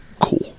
Cool